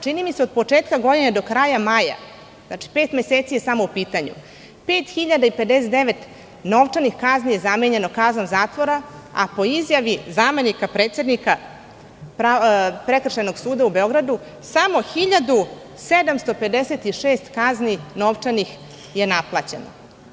Čini mi se od početka godine do kraja maja, znači pet meseci je samo u pitanju, 5.059 novčanih kazni je zamenjeno kaznom zatvora, a po izjavi zamenika predsednika Prekršajnog suda u Beogradu, samo 1.756 kazni novčanih je naplaćeno.